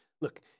look